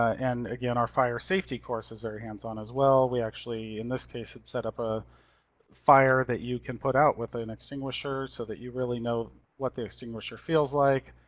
and again, our fire safety course is very hands on as well. we actually, actually, in this case, had set up a fire that you can put out with ah an extinguisher, so that you really know what the extinguisher feels like.